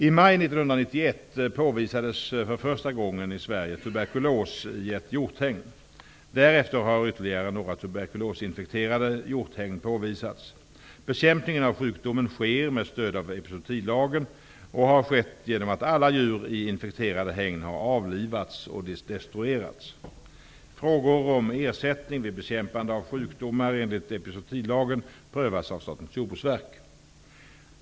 I maj 1991 påvisades för första gången i Sverige tuberkulos i ett hjorthägn. Därefter har ytterligare några tuberkulosinfekterade hjorthägn påvisats. Bekämpningen av sjukdomen sker med stöd av epizootilagen och har skett genom att alla djur i infekterade hägn har avlivats och destruerats. Frågor om ersättning vid bekämpande av sjukdomar enligt epizootilagen prövas av Statens jordbruksverk.